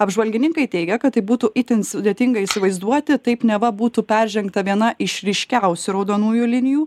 apžvalgininkai teigia kad būtų itin sudėtinga įsivaizduoti taip neva būtų peržengta viena iš ryškiausių raudonųjų linijų